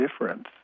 difference